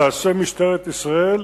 תעשה משטרת ישראל,